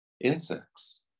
insects